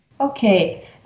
Okay